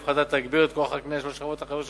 ההפחתה תגביר את כוח הקנייה של השכבות החלשות